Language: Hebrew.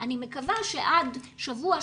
אני מקווה שעד שבוע,